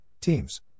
Teams